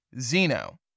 Zeno